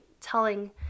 telling